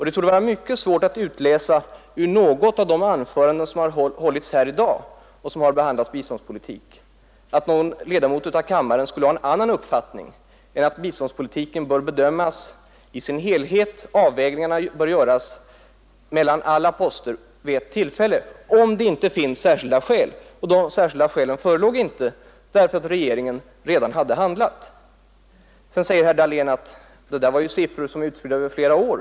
Det torde vara mycket svårt att utläsa ur något av de anföranden om biståndspolitik som har hållits här i dag att någon ledamot av kammaren skulle ha en annan uppfattning än att biståndspolitiken bör bedömas i sin helhet, att avvägningarna bör göras mellan alla poster vid ett tillfälle — om det inte finns särskilda skäl för en annan ordning. Men de särskilda skälen förelåg inte, eftersom regeringen redan hade handlat. Så säger herr Dahlén: Det där var ju siffror som var utspridda över flera år.